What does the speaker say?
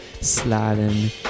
sliding